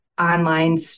online